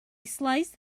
slice